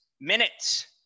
Minutes